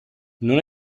non